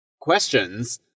questions